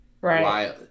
Right